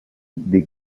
des